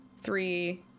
three